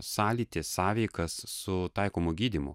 sąlytį sąveikas su taikomu gydymu